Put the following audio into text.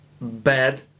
bad